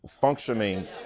functioning